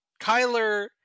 Kyler